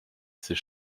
ces